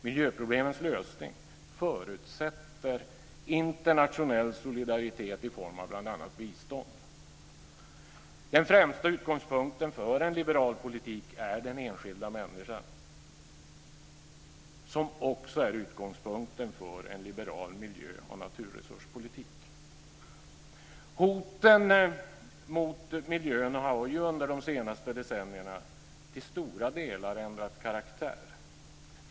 Miljöproblemens lösning förutsätter internationell solidaritet i form av bl.a. bistånd. Den främsta utgångspunkten för en liberal politik är den enskilda människan. Det är också utgångspunkten för en liberal miljö och naturresurspolitik. Hoten mot miljön har under de senaste decennierna till stora delar ändrat karaktär.